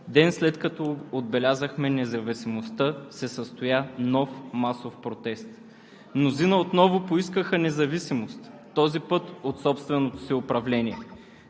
Уважаеми колеги, уважаеми съграждани! Ден след като отбелязахме независимостта, се състоя нов масов протест.